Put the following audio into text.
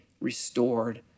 restored